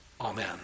Amen